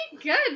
good